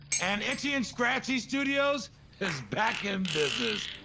and itchy and scratchy studios is back in business.